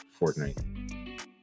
Fortnite